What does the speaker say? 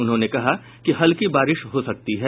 उन्होंने कहा कि हल्की बारिश हो सकती है